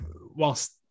whilst